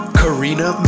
karina